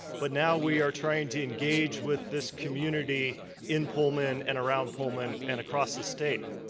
but now we are trying to engage with this community in pullman and around pullman and across the state.